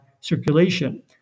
circulation